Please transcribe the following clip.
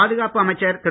பாதுகாப்பு அமைச்சர் திரு